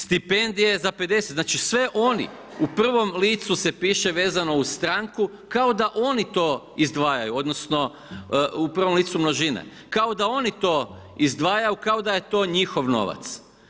Stipendije za 50, znači sve oni u prvom licu se piše vezano uz stranku kao da oni to izdvajaju, odnosno u prvom licu množine, kao da oni to izdvajaju, kao da je to njihov novac.